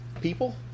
people